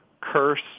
curse